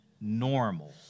normal